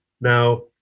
Now